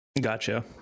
Gotcha